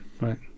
right